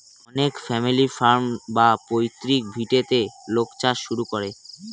অনেক family farm বা পৈতৃক ভিটেতে লোক চাষ শুরু করে